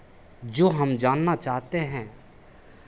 जो हम जानना चाहते हैं